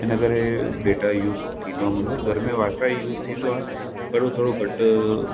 हिन करे data use थींदो आहे मुंजो घरि में वाईफाई यूस थींदो आहे पर उहो थोतो घटि